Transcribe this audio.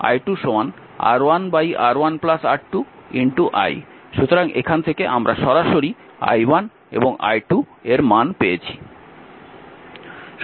সুতরাং এখান থেকে আমরা সরাসরি i1 এবং i2 এর মান পেয়েছি